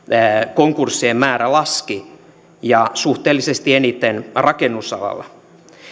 konkurssien määrä laski ja suhteellisesti eniten rakennusalalla